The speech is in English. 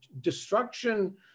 destruction